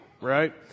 right